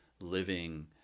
living